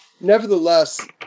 nevertheless